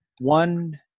One